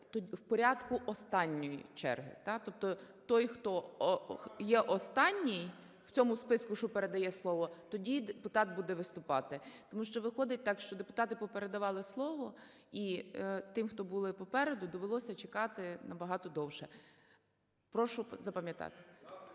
в порядку останньої черги. Да? Тобто той, хто є останній в цьому списку, що передає слово, тоді депутат буде виступати. Тому що виходить так, що депутати попередавали слово і тим, хто були попереду, довелося чекати набагато довше. Прошу запам'ятати.